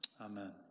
Amen